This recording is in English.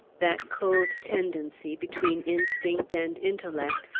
that cold tendency, between instinct and intellect,